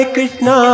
Krishna